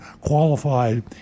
qualified